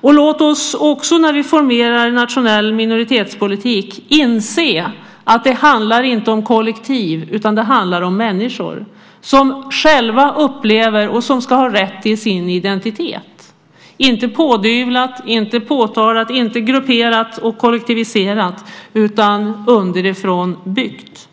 Och låt oss också när vi formerar en nationell minoritetspolitik inse att det inte handlar om kollektiv, utan det handlar om människor som själva upplever och ska ha rätt till sin identitet - inte pådyvlat, inte påtalat och inte grupperat och kollektiviserat utan underifrån byggt.